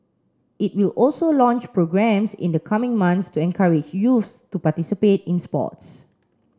it will also launch programmes in the coming months to encourage youths to participate in sports